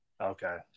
Okay